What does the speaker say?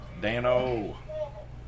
Dano